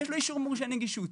יש לו אישור מורשה נגישות.